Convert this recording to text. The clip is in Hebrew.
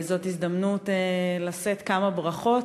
זאת הזדמנות לשאת כמה ברכות,